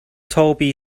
toby